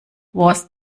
was